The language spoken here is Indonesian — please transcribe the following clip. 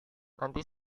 nanti